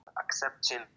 accepting